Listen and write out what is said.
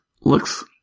looks